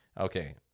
Okay